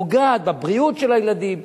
פוגעת בבריאות של הילדים,